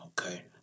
okay